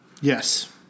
yes